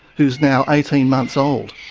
who's now eighteen months old.